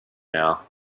now